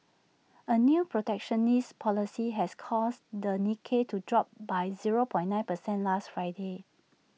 A new protectionist policy has caused the Nikkei to drop by zero point nine percent last Friday